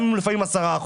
לפעמים גם לא 10%,